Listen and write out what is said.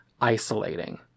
isolating